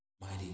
Mighty